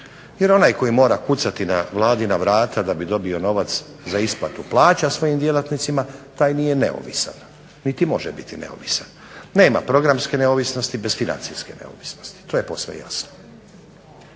jer onaj koji mora kucati na Vladina vrata da bi dobio novac za isplatu plaća svojim djelatnicima taj nije neovisan, niti može biti neovisan. Nema programske neovisnosti bez financijske neovisnosti, to je posve jasno.